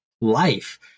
life